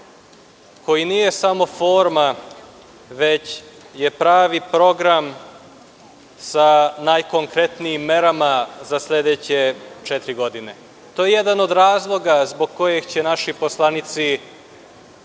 koji nije samo forma, već je pravi program sa najkonkretnijim merama za sledeće četiri godine. To je jedan od razloga zbog kojeg će naši poslanici